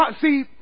see